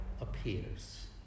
appears